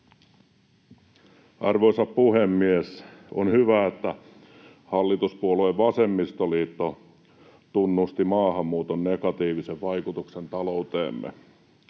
Arvoisa puhemies! On hyvä, että hallituspuolue vasemmistoliitto tunnusti maahanmuuton negatiivisen vaikutuksen talouteemme.